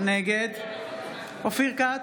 נגד אופיר כץ,